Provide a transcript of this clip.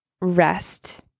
rest